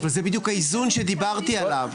אבל זה בדיוק האיזון שדיברתי עליו,